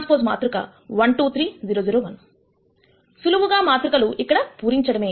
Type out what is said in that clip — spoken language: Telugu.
కాబట్టి Aᵀ మాతృక 1 2 3 0 0 1సులువుగా మాతృకలు ఇక్కడ పూరించడమే